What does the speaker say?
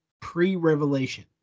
pre-revelation